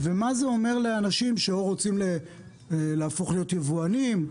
ומה זה אומר לאנשים שרוצים להפוך להיות יבואנים,